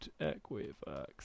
Equifax